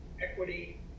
equity